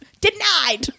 denied